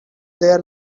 there